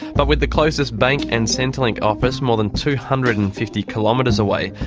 but with the closest bank and centrelink office more than two hundred and fifty kilometres away,